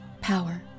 power